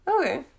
okay